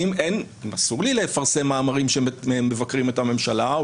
אסור לי לפרסם מאמרים שמבקרים את הממשלה או